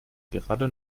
gerade